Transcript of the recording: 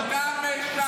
אתה משקר.